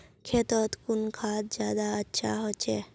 खेतोत कुन खाद ज्यादा अच्छा होचे?